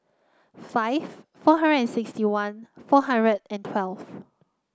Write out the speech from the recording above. five four hundred and sixty one four hundred and twelfth